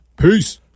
peace